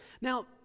Now